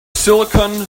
silicon